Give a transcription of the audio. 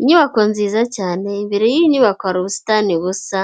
Inyubako nziza cyane, imbere y'iyi nyubako hari ubusitani busa